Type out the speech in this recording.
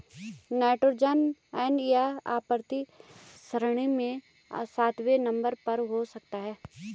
nitrogen N यह आवर्त सारणी में सातवें नंबर पर हो सकता है